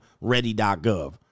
Ready.gov